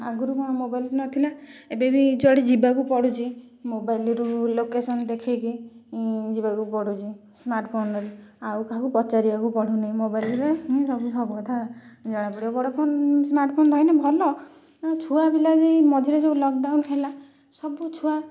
ଆଗରୁ କ'ଣ ମୋବାଇଲ ନଥିଲା ଏବେ ବି ଯୁଆଡ଼େ ଯିବାକୁ ପଡ଼ୁଛି ମୋବାଇଲ ରୁ ଲୋକେଶନ ଦେଖିକି ଯିବାକୁ ପଡ଼ୁଛି ସ୍ମାର୍ଟଫୋନ୍ ରେ ଆଉ କାହାକୁ ପଚାରିବାକୁ ପଡ଼ୁନି ମୋବାଇଲ ରେ ସବୁକଥା ଜଣା ପଡ଼ିବ ବଡ଼ ଫୋନ ସ୍ମାର୍ଟଫୋନ୍ ଭଲ ଛୁଆ ପିଲା ଯେ ମଝିରେ ଯେଉଁ ଲକଡାଉନ୍ ହେଲା ସବୁ ଛୁଆ